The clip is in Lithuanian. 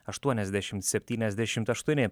aštuoniasdešimt septyniasdešimt aštuoni